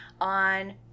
on